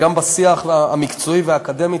גם בשיח המקצועי והאקדמי.